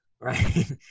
right